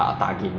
oh 对 ah